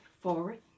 forward